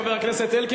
חבר הכנסת אלקין,